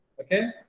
Okay